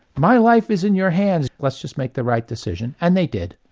my life is in your hands let's just make the right decision and they did.